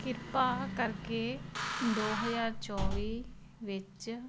ਕਿਰਪਾ ਕਰਕੇ ਦੋ ਹਜ਼ਾਰ ਚੌਵੀ ਵਿੱਚ